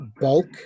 bulk